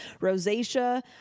rosacea